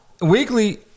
weekly